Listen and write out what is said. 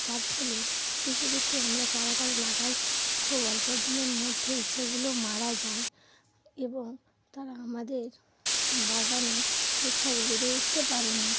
যার ফলে কিছু কিছু আমরা চারা গাছ লাগাই খুব অল্প দিনের মধ্যেই সেগুলো মারা যায় এবং তারা আমাদের বাগানে ঠিকঠাক বেড়ে উঠতে পারে না